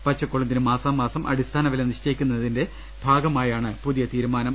പച്ചക്കൊളുന്തിനു മാസാമാസം അടിസ്ഥാനവില നിശ്ചയിക്കുന്നതിന്റെ ഭാഗമായാണ് പുതിയ തീരുമാനം